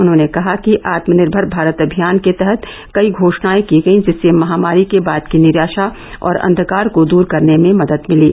उन्होंने कहा कि आत्मनिर्भर भारत अभियान के तहत कई घोषणाएं की गयीं जिससे महामारी के बाद की निराशा और अंधकार को दूर करने में मदद मिली